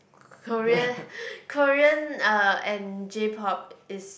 Korea Korean uh and J pop is